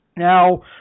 Now